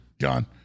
John